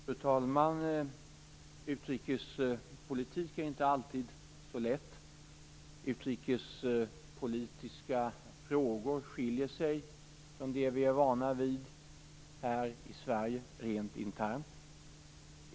Fru talman! Utrikespolitik är inte alltid så lätt. Utrikespolitiska frågor skiljer sig från vad vi är vana vid här i Sverige rent internt.